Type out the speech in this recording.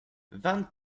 vingt